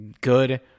good